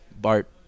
Bart